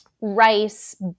rice